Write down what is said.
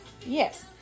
Yes